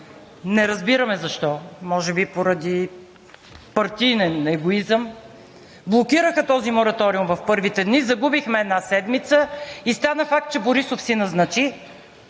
не разбираме защо, може би поради партиен егоизъм – блокираха този мораториум в първите дни, загубихме една седмица и стана факт, че Борисов си назначи